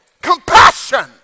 Compassion